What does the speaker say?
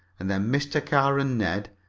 and then mr. carr and ned,